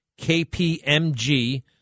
KPMG